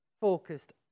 focused